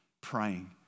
praying